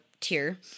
tier